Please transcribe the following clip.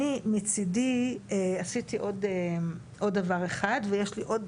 אני, מצידי, עשיתי עוד דבר אחד, ויש לי עוד